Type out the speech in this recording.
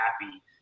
happy